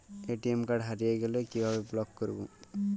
ATM card হারিয়ে গেলে কিভাবে ব্লক করবো?